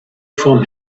from